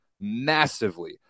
massively